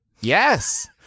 Yes